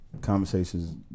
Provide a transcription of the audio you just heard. conversations